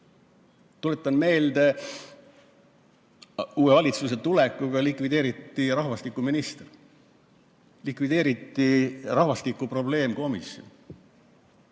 Tuletan meelde, uue valitsuse tulekuga likvideeriti rahvastikuministri [ametikoht], likvideeriti rahvastiku probleemkomisjon,